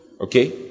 Okay